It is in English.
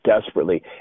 desperately